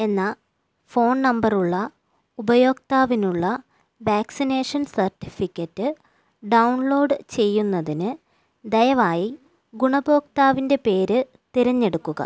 എന്ന ഫോൺ നമ്പറുള്ള ഉപയോക്താവിനുള്ള വാക്സിനേഷൻ സർട്ടിഫിക്കറ്റ് ഡൗൺലോഡ് ചെയ്യുന്നതിന് ദയവായി ഗുണഭോക്താവിൻ്റെ പേര് തിരഞ്ഞെടുക്കുക